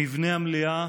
מבנה המליאה